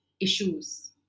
issues